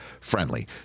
friendly